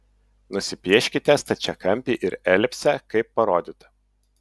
nusipieškite stačiakampį ir elipsę kaip parodyta